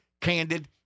candid